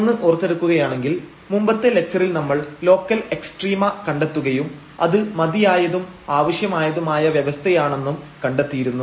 ഒന്ന് ഓർത്തെടുക്കുകയാണെങ്കിൽ മുമ്പത്തെ ലക്ച്ചറിൽ നമ്മൾ ലോക്കൽ എക്സ്ട്രീമ കണ്ടെത്തുകയും അത് മതിയായതും ആവശ്യമായതുമായ വ്യവസ്ഥയാണെന്നും കണ്ടെത്തിയിരുന്നു